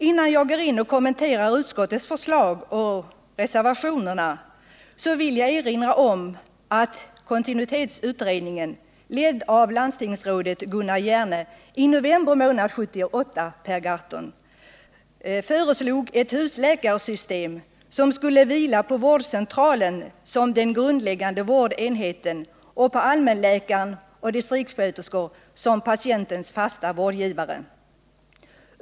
Innan jag går in på att kommentera utskottets förslag och reservationerna vill jag erinra om att kontinuitetsutredningen, ledd av dåvarande landstingsrådet Gunnar Hjerne, i november 1978, Per Gahrton, inte i augusti utan i november, föreslog ett husläkarsystem som skulle vila på vårdcentralen som den grundläggande vårdenheten och på allmänläkaren och distriktssköterskor som patientens fasta vårdgivare.